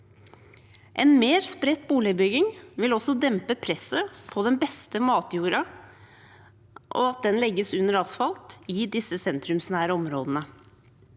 En mer spredt boligbygging vil også dempe presset på den beste matjorda, med tanke på at den legges under asfalt i disse sentrumsnære områdene,